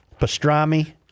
pastrami